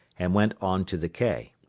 and went on to the quay.